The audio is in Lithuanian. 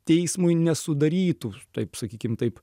teismui nesudarytų taip sakykim taip